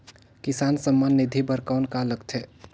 किसान सम्मान निधि बर कौन का लगथे?